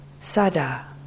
Sada